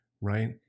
right